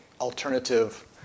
alternative